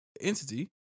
entity